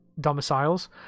domiciles